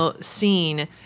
scene